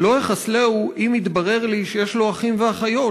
ועוד.../ לא אחסלהו/ אם יתברר לי/ שיש לו אחים ואחיות/